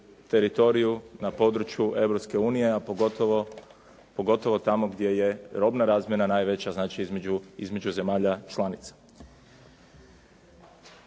teritoriju, na području Europske unije, a pogotovo tamo gdje je robna razmjena najveća između zemalja članica.